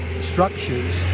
structures